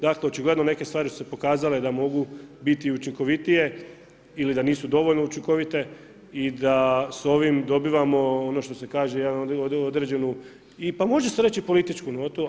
Dakle, očigledno neke stvari su se pokazale da mogu biti i učinkovitije ili da nisu dovoljno učinkovite i da s ovim dobivamo ono što se kaže određenu, pa može se reći i političku notu.